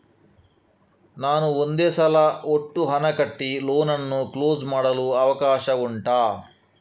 ನಾನು ಒಂದೇ ಸಲ ಒಟ್ಟು ಹಣ ಕಟ್ಟಿ ಲೋನ್ ಅನ್ನು ಕ್ಲೋಸ್ ಮಾಡಲು ಅವಕಾಶ ಉಂಟಾ